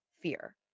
fear